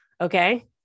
Okay